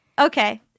Okay